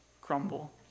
crumble